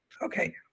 Okay